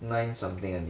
nine something only